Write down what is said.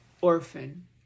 orphan